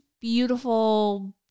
beautiful